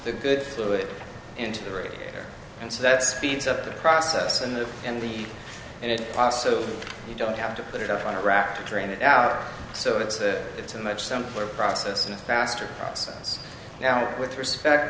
the good fluid into the radiator and so that speeds up the process and the and the and it cost so you don't have to put it on a rack to drain it out so it's a it's a much simpler process and a faster process now with respect